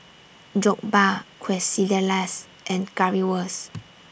Jokbal Quesadillas and Currywurst